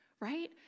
Right